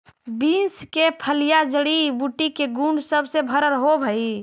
beans के फलियां जड़ी बूटी के गुण सब से भरल होब हई